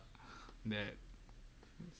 that